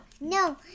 no